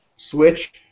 Switch